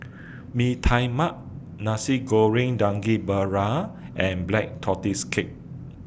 Bee Tai Mak Nasi Goreng Daging Merah and Black Tortoise Cake